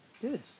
good